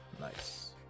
nice